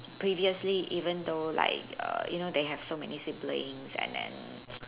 previously even though like err you know they have so many siblings and then